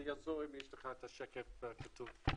זה יעזור אם יש לך את השקף כתוב לפניך.